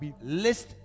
list